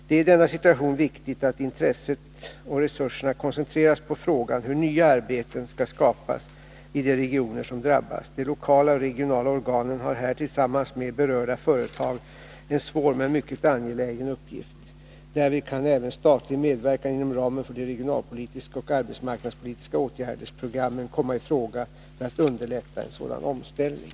Det är i denna situation viktigt att intresset och resurserna koncentreras på frågan hur nya arbeten skall skapas i de regioner som drabbas. De lokala och regionala organen har här tillsammans med berörda företag en svår men mycket angelägen uppgift. Därvid kan även statlig medverkan inom ramen för de regionalpolitiska och arbetsmarknadspolitiska åtgärdsprogrammen komma i fråga för att underlätta en sådan omställning.